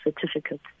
certificate